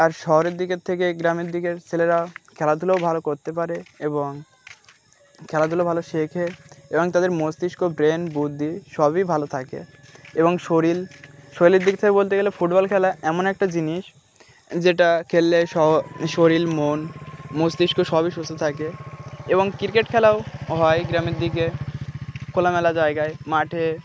আর শহরের দিকের থেকে গ্রামের দিকের ছেলেরা খেলাধুলাও ভালো করতে পারে এবং খেলাধুলো ভালো শেখে এবং তাদের মস্তিষ্ক ব্রেন বুদ্ধি সবই ভালো থাকে এবং শরীর শরীরের দিক থেকে বলতে গেলে ফুটবল খেলা এমন একটা জিনিস যেটা খেললে শরীর মন মস্তিষ্ক সবই সুস্থ থাকে এবং ক্রিকেট খেলাও হয় গ্রামের দিকে খোলামেলা জায়গায় মাঠে